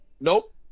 Nope